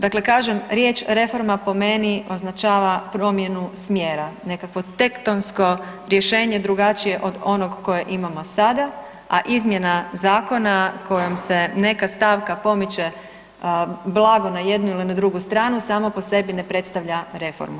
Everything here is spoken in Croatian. Dakle, kažem riječ reforma po meni označava promjenu smjera, nekakvo tektonsko rješenje drugačije od onog koje imamo sada, a izmjenom zakona kojom se neka stavka pomiče blago na jednu ili na drugu stranu samo po sebi ne predstavlja reformu.